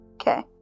Okay